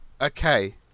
Okay